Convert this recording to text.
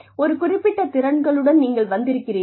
ஒரு குறிப்பிட்ட திறன்களுடன் நீங்கள் வந்திருக்கிறீர்கள்